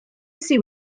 sydd